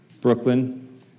Brooklyn